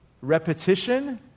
Repetition